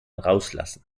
rauslassen